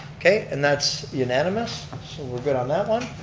okay, and that's unanimous. so we're good on that one.